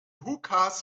hookahs